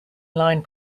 line